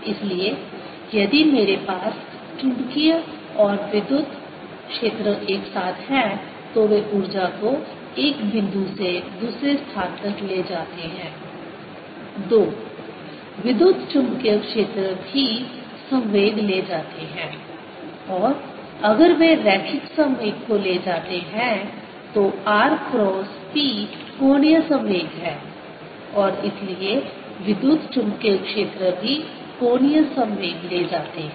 इसलिए यदि मेरे पास चुंबकीय और विद्युत क्षेत्र एक साथ हैं तो वे ऊर्जा को एक बिंदु से दूसरे स्थान तक ले जाते हैं दो विद्युत चुम्बकीय क्षेत्र भी संवेग ले जाते हैं और अगर वे रैखिक संवेग को ले जाते हैं तो r क्रॉस p कोणीय संवेग है और इसलिए विद्युत चुम्बकीय क्षेत्र भी कोणीय संवेग ले जाते हैं